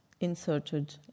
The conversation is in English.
inserted